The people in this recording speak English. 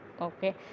okay